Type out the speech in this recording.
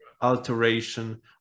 alteration